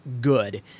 good